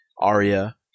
Arya